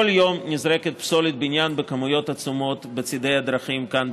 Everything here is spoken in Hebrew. כל יום נזרקת פסולת בניין בכמויות עצומות בצידי הדרכים כאן,